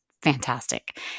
fantastic